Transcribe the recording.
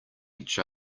each